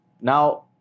Now